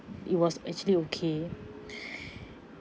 it was actually okay